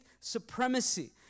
supremacy